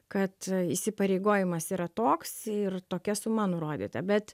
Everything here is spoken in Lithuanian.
kad įsipareigojimas yra toks ir tokia suma nurodyta bet